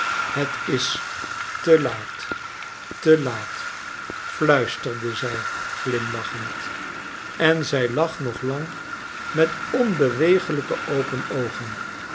het is te laat te laat fluisterde zij glimlachend en zij lag nog lang met onbewegelijke open oogen